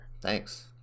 thanks